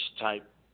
type